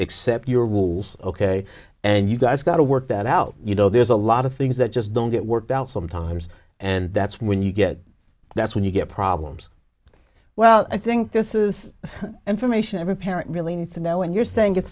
accept your rules ok and you guys got to work that out you know there's a lot of things that just don't get worked out sometimes and that's when you get that's when you get problems well i think this is information every parent really needs to know and you're saying it